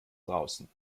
draußen